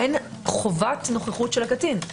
אין חובת נוכחות של קטין.